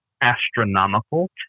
astronomical